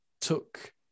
took